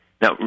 Now